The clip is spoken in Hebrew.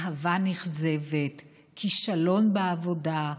אהבה נכזבת, כישלון בעבודה,